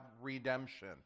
redemption